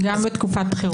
גם בתקופת בחירות.